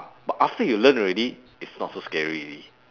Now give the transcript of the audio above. but after you learn already it's not so scary already